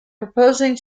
proposing